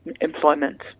employment